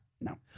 No